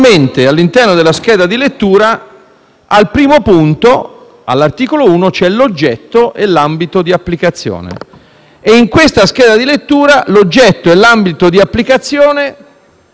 di lettura, all'articolo 1 ci sono l'oggetto e l'ambito di applicazione, ma in questa scheda di lettura l'oggetto e l'ambito di applicazione sono stati inseriti all'articolo 2.